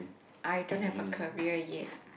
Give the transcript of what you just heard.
I don't have a career yet